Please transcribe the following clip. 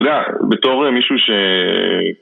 לא, בתור מישהו ש...